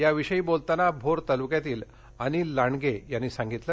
याविषयी बोलताना भोर तालुक्यातील अनिल लांडगे यांनी सांगितलं